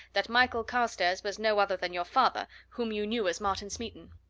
that michael carstairs was no other than your father, whom you knew as martin smeaton.